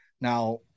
Now